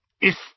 If